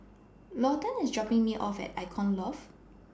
Lawton IS dropping Me off At Icon Loft